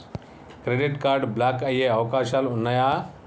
Credit card block అయ్యే అవకాశాలు ఉన్నయా?